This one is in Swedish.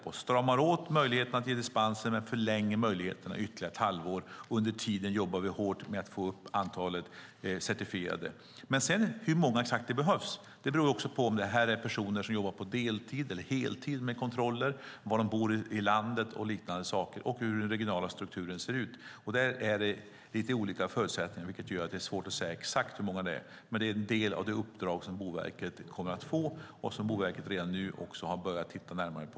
Vi stramar åt möjligheten till dispens men förlänger denna möjlighet ytterligare ett halvår, och under tiden jobbar vi hårt med att få upp antalet certifierade. Hur många kontrollansvariga som behövs beror på om det är personer som jobbar med detta på hel eller deltid, var i landet de bor och hur den regionala strukturen ser ut. Här är det lite olika förutsättningar, vilket gör att det är svårt att säga exakt hur många som behövs. Det är dock en del av det uppdrag som Boverket kommer att få och något som Boverket redan nu har börjat titta närmare på.